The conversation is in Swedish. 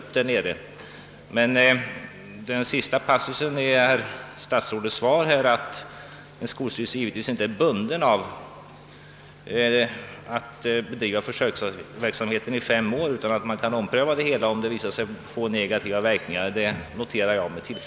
Jag noterar emellertid med tillfredsställelse den passus i slutet av statsrådets svar, där han säger att skolstyrelsen givetvis inte är bunden att fortsätta bedriva försöksverksamheten i fem år utan kan ompröva frågan, om systemet visar sig få negativa verkningar.